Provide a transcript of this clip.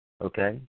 Okay